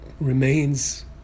remains